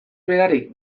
berari